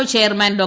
O chairman Dr